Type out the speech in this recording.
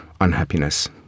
unhappiness